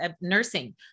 nursing